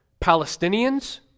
Palestinians